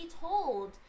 told